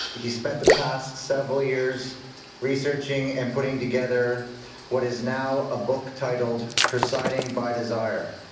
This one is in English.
he spent the past several years researching and putting together what is now a book titled presiding by desire.